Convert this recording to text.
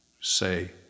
say